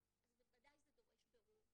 זה בוודאי דורש בירור,